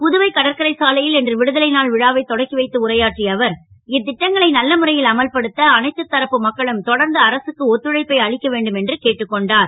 புதுவை கடற்கரை சாலை ல் இன்று விடுதலை நாள் விழாவை தொடக்கி வைத்து உரையாற்றிய அவர் இத் ட்டங்களை நல்ல முறை ல் அமல்படுத்த அனைத்துத் தரப்பு மக்களும் தொடர்ந்து அரசுக்கு ஒத்துழைப்பை அளிக்க வேண்டும் என்று கேட்டுக் கொண்டார்